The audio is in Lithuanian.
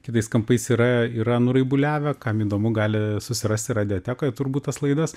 kitais kampais yra yra nuraibuliavę kam įdomu gali susirasti radiotekoj turbūt tas laidas